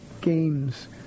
games